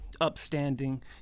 upstanding